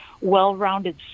well-rounded